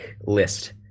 list